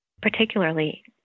particularly